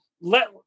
let